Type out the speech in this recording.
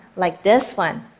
like this one.